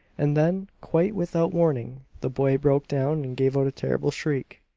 and then quite without warning, the boy broke down and gave out a terrible shriek.